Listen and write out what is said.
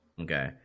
okay